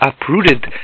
uprooted